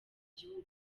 gihugu